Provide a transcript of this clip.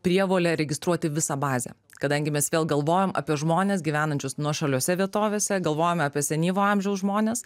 prievolę registruoti visą bazę kadangi mes vėl galvojam apie žmones gyvenančius nuošaliose vietovėse galvojam apie senyvo amžiaus žmones